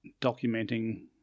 documenting